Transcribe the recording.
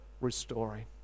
restoring